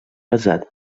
pesant